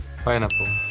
pineapple.